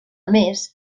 més